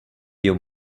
your